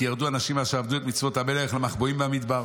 ירדו אנשים אשר עברו את מצוות המלך למחבואים במדבר.